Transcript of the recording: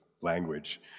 language